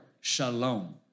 shalom